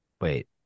Wait